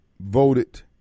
voted